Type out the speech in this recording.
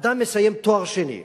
אדם מסיים תואר שני בביולוגיה,